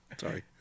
Sorry